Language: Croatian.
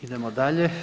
Idemo dalje.